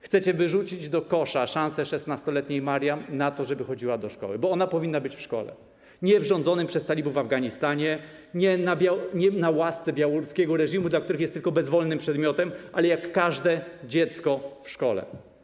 Chcecie wyrzucić do kosza szanse 16-letniej Mariam na to, żeby chodziła do szkoły, bo ona powinna być w szkole, nie w rządzonym przez talibów Afganistanie, nie na łasce białoruskiego reżimu, dla którego jest tylko bezwolnym przedmiotem, ale jak każde dziecko - w szkole.